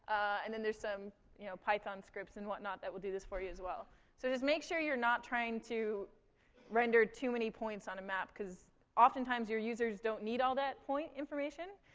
and there there's some, you know, python scripts and what not that will do this for you as well. so just make sure you're not trying to render too many points on a map because often times, your users don't need all that point information.